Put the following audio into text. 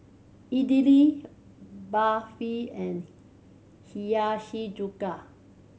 Idili Barfi and Hiyashi Chuka